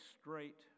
straight